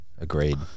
Agreed